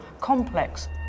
complex